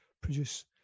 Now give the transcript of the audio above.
produce